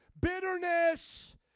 bitterness